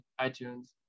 iTunes